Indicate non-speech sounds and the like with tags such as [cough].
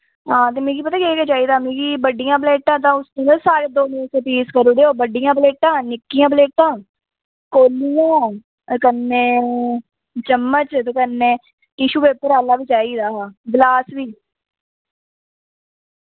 हां ते मिगी पता केह् केह् चाहिदा मिगी बड्डियां प्लेटां [unintelligible] सारे दो दो पीस करूड़ेओ बड्डियां प्लेटां निक्कियां प्लेटां कोलियां ते कन्नै चम्मच ते कन्नै टिशू पेपर आह्ला बी चाहिदा हा ग्लास बी